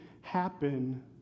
happen